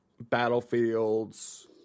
battlefields